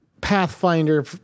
pathfinder